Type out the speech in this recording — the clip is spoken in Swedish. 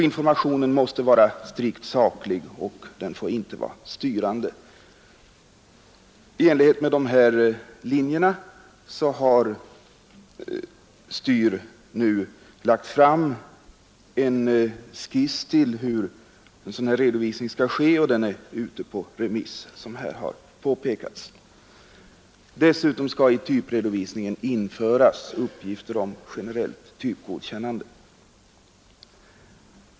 Informationen måste vara strikt saklig och får inte vara styrande. Dessutom skall i typredovisningen införas uppgifter om generellt typgodkännande.